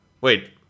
wait